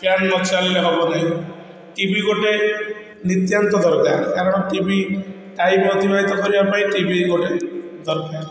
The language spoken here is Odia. ଫ୍ୟାନ ନ ଚାଲିଲେ ହବ ନାହିଁ ଟି ଭି ଗୋଟେ ନିତ୍ୟାନ୍ତ ଦରକାର କାରଣ ଟି ଭି ଟାଇମ ଅତିବାହିତ କରିବା ପାଇଁ ଟି ଭି ଗୋଟେ ଦରକାର